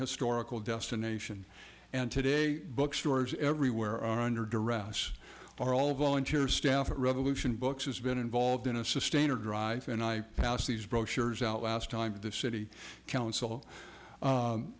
historical destination and today bookstores everywhere are under duress our all volunteer staff at revolution books has been involved in a sustainer drive and i passed these brochures out last time to the city council